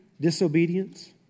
disobedience